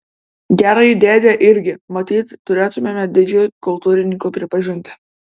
gerąjį dėdę irgi matyt turėtumėme didžiu kultūrininku pripažinti